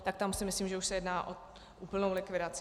Tak tam si myslím, že už se jedná o úplnou likvidaci.